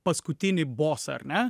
paskutinį bosą ar ne